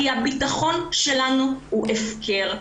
כי הביטחון שלנו הוא הפקר.